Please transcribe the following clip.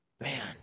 Man